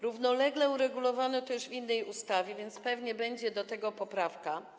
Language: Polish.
Równolegle uregulowano to już w innej ustawie, więc pewnie będzie poprawka.